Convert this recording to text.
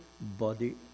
body